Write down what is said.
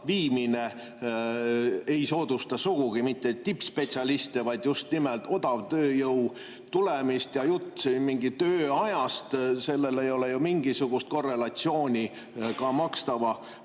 allaviimine ei soodusta sugugi mitte tippspetsialistide [tulemist], vaid just nimelt odavtööjõu tulemist. Ja jutt mingist tööajast – sellel ei ole ju mingisugust korrelatsiooni makstava